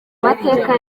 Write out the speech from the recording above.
amateka